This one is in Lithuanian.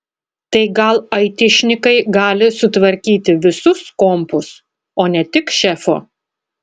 tai gal aitišnikai gali sutvarkyti visus kompus o ne tik šefo